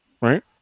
Right